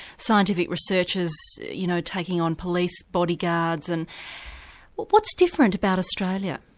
scientific researchers you know taking on police body guards and what's different about australia?